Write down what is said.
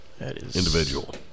individual